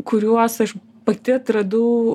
kuriuos aš pati atradau